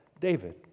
David